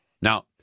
now